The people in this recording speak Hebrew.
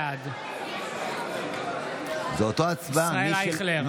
בעד זו אותה הצבעה.